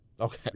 Okay